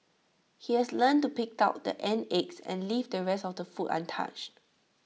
he has learnt to pick out the ant eggs and leave the rest of the food untouched